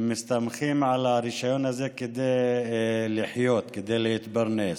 מסתמכים על הרישיון הזה כדי לחיות, כדי להתפרנס.